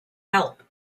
help